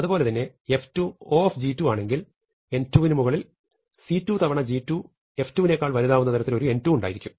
അതുപോലെ തന്നെ f2 O ആണെങ്കിൽ n2 നു മുകളിൽ c2 തവണ g2 f2 നേക്കാൾ വലുതാവുന്ന തരത്തിൽ ഒരു n2 വും ഉണ്ടായിരിക്കും